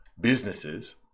businesses